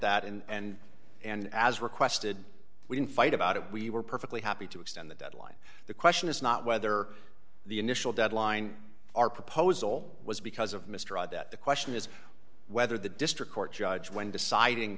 that and and as requested we can fight about it we were perfectly happy to extend the deadline the question is not whether the initial deadline our proposal was because of mr rudd that the question is whether the district court judge when deciding